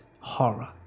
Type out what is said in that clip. horror